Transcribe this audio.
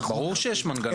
ברור שיש מנגנון.